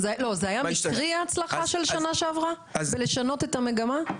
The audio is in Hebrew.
ההצלחה של שנה שעברה, הייתה מקרית?